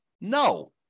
No